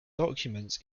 documents